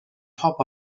top